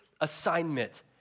assignment